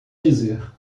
dizer